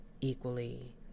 equally